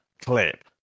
clip